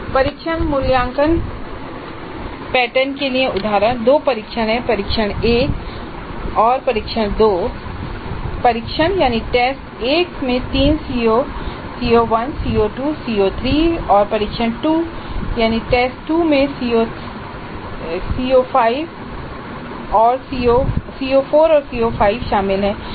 परीक्षण मूल्यांकन पैटर्न के लिए उदाहरण दो परीक्षण हैं परीक्षण 1 और परीक्षण 2 और परीक्षण 1 में तीन COs CO1 CO2 CO3 और परीक्षण 2 में दो COs CO4 और CO5 शामिल हैं